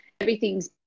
everything's